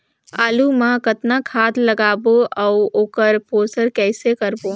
आलू मा कतना खाद लगाबो अउ ओकर पोषण कइसे करबो?